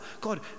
God